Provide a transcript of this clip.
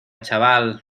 chaval